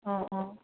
অঁ অঁ